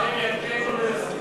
ארבעים יכנו, לא יוסיף.